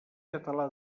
català